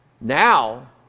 Now